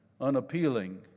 unappealing